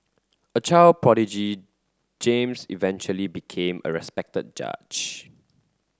a child prodigy James eventually became a respected judge